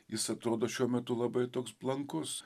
jis atrodo šiuo metu labai toks blankus